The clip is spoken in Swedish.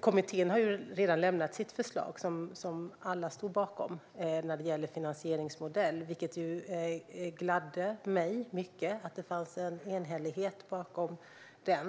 Kommittén har nämligen redan lämnat sitt förslag till finansieringsmodell, som alla stod bakom. Det gladde mig mycket att det fanns en enhällighet bakom den.